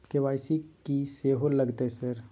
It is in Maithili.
के.वाई.सी की सेहो लगतै है सर?